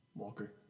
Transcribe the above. Walker